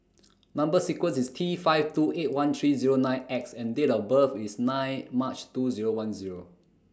Number sequence IS T five two eight one three nine X and Date of birth IS nine March two Zero one Zero